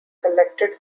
collected